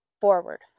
forward